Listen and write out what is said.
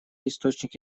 источник